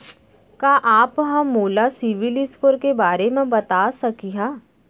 का आप हा मोला सिविल स्कोर के बारे मा बता सकिहा?